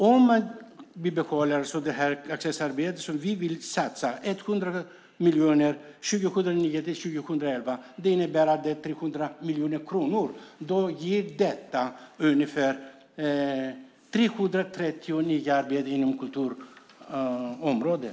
Om vi behåller accessarbetet, som vi vill satsa 100 miljoner på 2009-2011, skulle det innebära totalt 300 miljoner kronor, vilket i sin tur skulle ge ungefär 330 nya arbeten inom kulturområdet.